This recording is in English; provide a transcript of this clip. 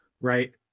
Right